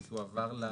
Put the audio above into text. שהיא תועבר לסעיף